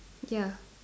ya